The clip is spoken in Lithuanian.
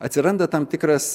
atsiranda tam tikras